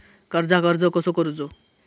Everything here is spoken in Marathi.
कर्जाक अर्ज कसो करूचो?